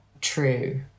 true